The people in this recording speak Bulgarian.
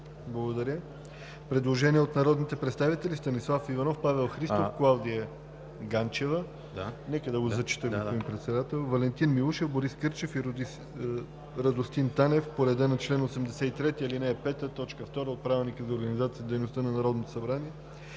23. Има предложение от народните представители Станислав Иванов, Павел Христов, Клавдия Ганчева, Валентин Милушев, Борис Кърчев и Радостин Танев по реда на чл. 83, ал. 5, т. 2 от Правилника за организацията и дейността на Народното събрание.